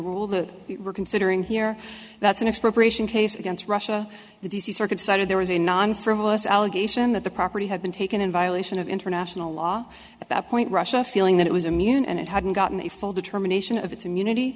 rule that we're considering here that's an expropriation case against russia the d c circuit cited there was a non frivolous allegation that the property had been taken in violation of international law at that point russia feeling that it was immune and it hadn't gotten a full determination of its immunity